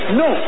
no